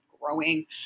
growing